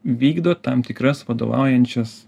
vykdo tam tikras vadovaujančias